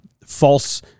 false